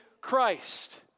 Christ